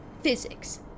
Physics